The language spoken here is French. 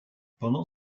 pendant